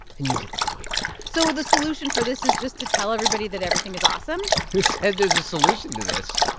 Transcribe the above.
and you get the point so the solution for this is just to tell everybody that everything is awesome who said there's a solution to this?